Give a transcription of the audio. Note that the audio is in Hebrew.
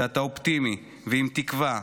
שאתה אופטימי ועם תקווה,